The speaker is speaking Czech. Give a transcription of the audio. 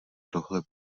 tohle